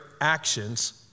actions